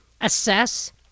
assess